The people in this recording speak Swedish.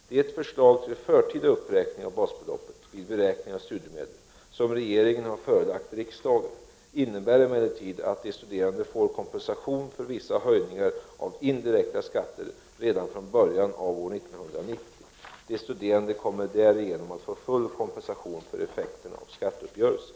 Det förslag till förtida uppräkning av basbeloppet vid beräkning av studiemedel som regeringen har förelagt riksdagen innebär emellertid att de studerande får kompensation för vissa höjningar av indirekta skatter redan från början av år 1990. De studerande kommer därigenom att få full kompensation för effekterna av skatteuppgörelsen.